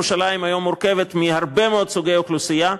ירושלים היום מורכבת מהרבה מאוד סוגי אוכלוסייה,